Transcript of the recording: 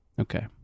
Okay